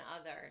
others